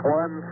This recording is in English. one